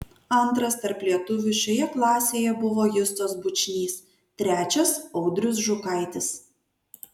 antras tarp lietuvių šioje klasėje buvo justas bučnys trečias audrius žukaitis